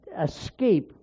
escape